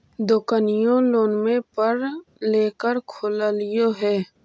दोकनिओ लोनवे पर लेकर खोललहो हे?